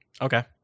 Okay